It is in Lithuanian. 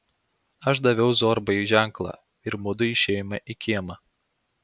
aš daviau zorbai ženklą ir mudu išėjome į kiemą